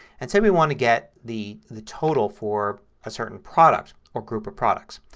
and say we want to get the the total for a certain product or group of products.